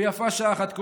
ויפה שעה אחת קודם.